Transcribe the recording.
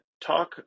talk